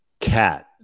Cat